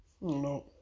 No